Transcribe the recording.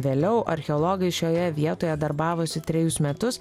vėliau archeologai šioje vietoje darbavosi trejus metus